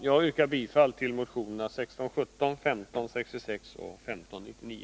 Jag yrkar bifall till motionerna 1617, 1566 och 1599.